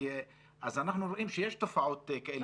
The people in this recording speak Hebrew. אז אנחנו רואים שיש תופעות כאלה,